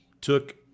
took